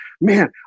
man